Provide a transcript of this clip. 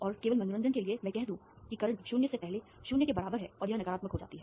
और केवल मनोरंजन के लिए मैं कह दूं कि धारा 0 से पहले 0 के बराबर है और यह नकारात्मक हो जाती है